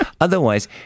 Otherwise